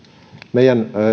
meidän